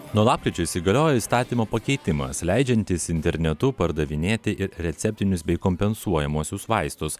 nuo lapkričio įsigalioja įstatymo pakeitimas leidžiantis internetu pardavinėti ir receptinius bei kompensuojamuosius vaistus